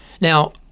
Now